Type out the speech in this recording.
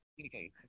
Okay